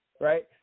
right